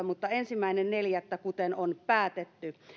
mutta ensimmäinen neljättä kuten on päätetty